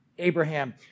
Abraham